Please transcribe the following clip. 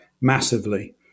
massively